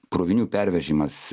krovinių pervežimas